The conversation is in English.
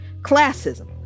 classism